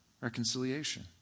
reconciliation